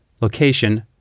location